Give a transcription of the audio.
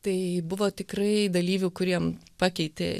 tai buvo tikrai dalyvių kuriem pakeitė